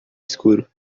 escuro